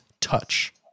Touch